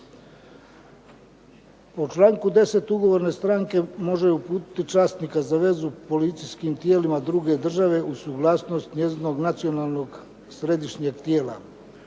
U članku 10. ugovorne stranke može uputiti časnika za vezu u policijskim tijelima druge države uz suglasnost njezinog nacionalnog središnjeg tijela.